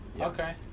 okay